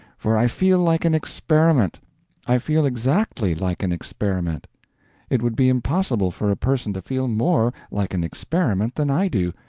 for i feel like an experiment i feel exactly like an experiment it would be impossible for a person to feel more like an experiment than i do,